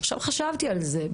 חשבתי על זה.